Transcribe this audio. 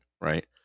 right